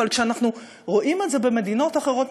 אבל כשאנחנו רואים את זה במדינות אחרות,